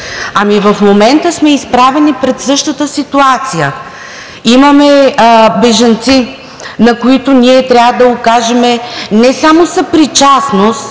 Ами в момента сме изправени пред същата ситуация. Имаме бежанци, на които ние трябва да окажем не само съпричастност,